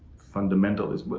fundamentalist,